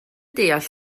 deall